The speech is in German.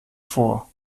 vor